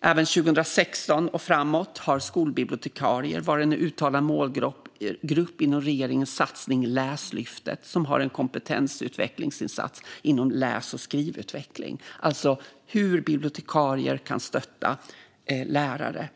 Även 2016 och framåt har skolbibliotekarier varit en uttalad målgrupp inom regeringens satsning Läslyftet, som har en kompetensutvecklingsinsats inom läs och skrivutveckling, alltså hur bibliotekarier kan stötta lärare.